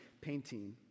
painting